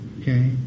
Okay